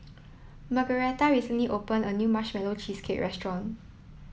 Margaretha recently opened a new marshmallow cheesecake restaurant